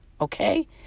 okay